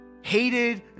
hated